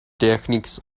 techniques